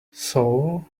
saul